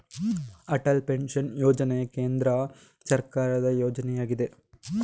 Atal pension Yojana ಕೇಂದ್ರ ಸರ್ಕಾರದ ಯೋಜನೆಯಗಿದೆ